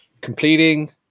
Completing